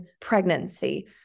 pregnancy